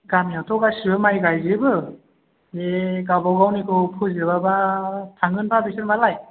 गामियावथ' गासिबो माइ गाइजोबो बे गावबा गावनिखौ फोजोबाबा थांगोनफा बिसोर मालाय